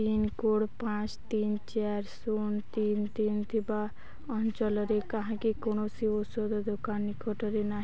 pincode ପାଞ୍ଚ୍ ତିନି ଚାରି ଶୂନ ତିନି ତିନି ଥିବା ଅଞ୍ଚଳରେ କାହିଁକି କୌଣସି ଔଷଧ ଦୋକାନ ନିକଟରେ ନାହିଁ